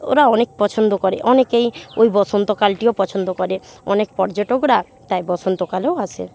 ওরা অনেক পছন্দ করে অনেকেই ওই বসন্তকালটিও পছন্দ করে অনেক পর্যটকরা তাই বসন্তকালেও আসে